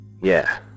Yeah